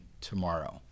tomorrow